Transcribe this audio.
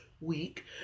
week